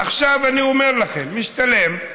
עכשיו, אני אומר לכם, זה משתלם.